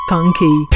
Punky